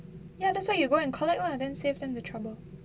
ya that's why you go and collect lah then saved them the trouble